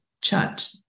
chat